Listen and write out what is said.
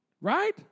Right